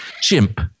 chimp